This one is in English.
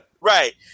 Right